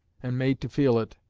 and made to feel it,